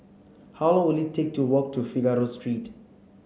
how long will it take to walk to Figaro Street